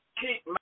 keep